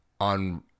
on